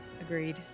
Agreed